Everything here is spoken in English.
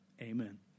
Amen